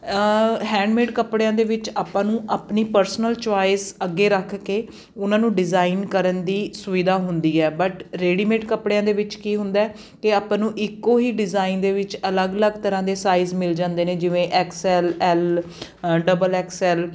handmade ਕੱਪੜਿਆਂ ਦੇ ਵਿੱਚ ਆਪਾਂ ਨੂੰ ਆਪਣੀ ਪਰਸਨਲ ਚੋਇਸ ਅੱਗੇ ਰੱਖ ਕੇ ਉਹਨਾਂ ਨੂੰ ਡਿਜ਼ਾਇਨ ਕਰਨ ਦੀ ਸੁਵਿਧਾ ਹੁੰਦੀ ਹੈ ਬਟ ਰੇਡੀਮੇਡ ਕੱਪੜਿਆਂ ਦੇ ਵਿੱਚ ਕੀ ਹੁੰਦਾ ਕਿ ਆਪਾਂ ਨੂੰ ਇੱਕੋ ਹੀ ਡਿਜ਼ਾਇਨ ਦੇ ਵਿੱਚ ਅਲੱਗ ਅਲੱਗ ਤਰ੍ਹਾਂ ਦੇ ਸਾਈਜ਼ ਮਿਲ ਜਾਂਦੇ ਨੇ ਜਿਵੇਂ ਐਕਸਐੱਲ ਐੱਲ ਡਬਲ ਐਕਸਐੱਲ